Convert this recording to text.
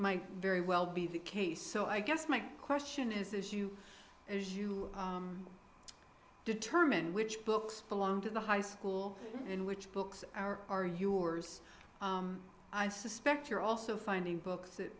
might very well be the case so i guess my question is as you determine which books belong to the high school and which books are are yours i suspect you're also finding books that